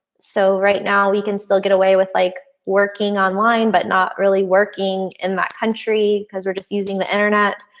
so right now we can still get away with like working online. but not really working in that country because we're just using the internet.